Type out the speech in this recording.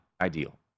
ideal